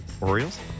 Orioles